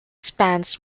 spans